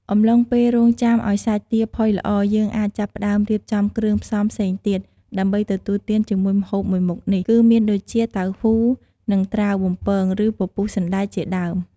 អំឡុងពេលរង់ចាំឱ្យសាច់ទាផុយល្អ យើងអាចចាប់ផ្ដើម រៀបចំគ្រឿងផ្សំផ្សេងទៀត ដើម្បីទទួលទានជាមួយម្ហូបមួយមុខនេះគឺ មានដូចជា តៅហ៊ូ និង ត្រាវបំពង ឬ ពពុះសណ្ដែកជាដើម។